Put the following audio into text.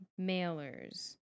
mailers